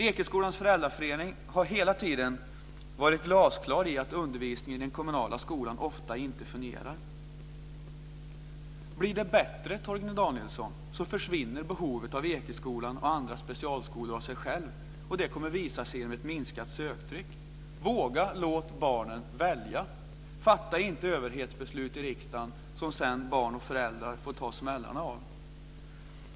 Ekeskolans föräldraförening har hela tiden varit glasklar när det gällt att undervisningen i den kommunala skolan ofta inte fungerar. Blir det bättre, Torgny Danielsson, försvinner behovet av Ekeskolan och andra specialskolor av sig självt, och det kommer att visa sig genom att ökat söktryck. Våga låta barnen välja! Fatta inte här i riksdagen överhetsbeslut som sedan barn och föräldrar får ta smällarna av!